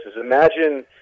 imagine –